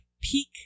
peak